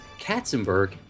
Katzenberg